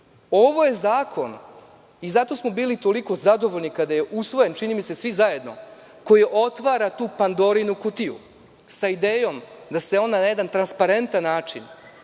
Ovo je zakon, i zato smo bili toliko zadovoljni kada je usvojen, čini mi se svi zajedno, koji otvara tu Pandorinu kutiju, sa idejom da se on na jedan transparentan način,